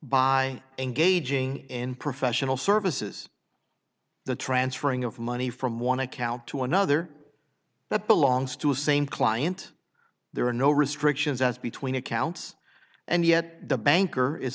by engaging in professional services the transfer ing of money from one account to another that belongs to a same client there are no restrictions as between accounts and yet the banker is